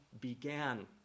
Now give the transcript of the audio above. began